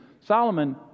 Solomon